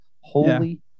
Holy